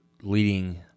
leading